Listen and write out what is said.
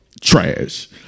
Trash